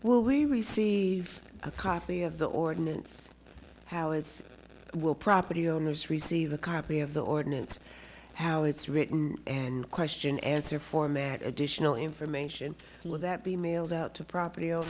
well we receive a copy of the ordinance how is will property owners receive a copy of the ordinance how it's written and question answer format additional information will that be mailed out to property o